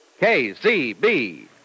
KCB